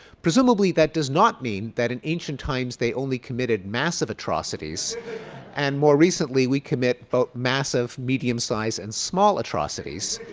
presumably that does not mean that in ancient times they only committed massive atrocities and more recently we commit but massive, medium sized and small atrocities.